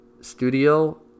studio